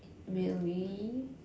really